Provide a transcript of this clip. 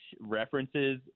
references